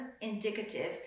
indicative